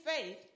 faith